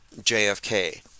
JFK